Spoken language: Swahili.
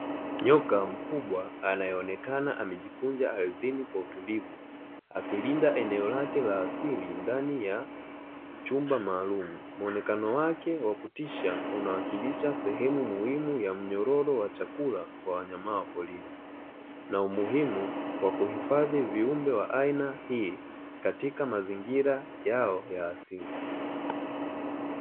Nyoka mkubwa anayeonekana amejikunja ardhini kwa utulivu akilinda eneo lake la asili ndani ya chumba maalumu, muonekano wake wa kutisha unawakilisha sehemu muhimu ya mnyororo wa chakula kwa wanyama wa porini, na umuhimu wa kuhifadhi viumbe wa aina hii katika mazingira yao ya asili.